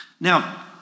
Now